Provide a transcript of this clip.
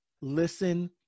listen